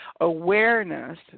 awareness